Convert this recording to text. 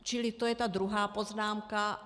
Čili to je ta druhá poznámka.